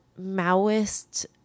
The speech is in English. Maoist